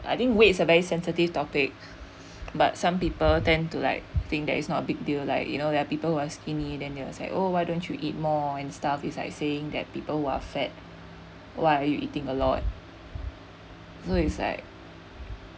I think weights are very sensitive topic but some people tend to like think that it's not a big deal like you know there are people who are skinny then you was like oh why don't you eat more and stuff is like saying that people who are fat why are you eating a lot so it's like